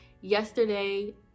yesterday